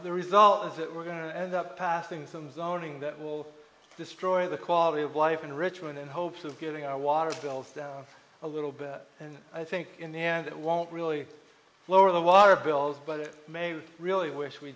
the result is that we're going to end up passing some zoning that will destroy the quality of life in richmond in hopes of getting our water bills down a little better and i think in the end it won't really lower the water bills but it may really wish we